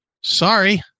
Sorry